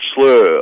slur